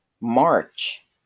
March